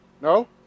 No